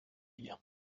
fauteuil